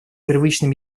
первичной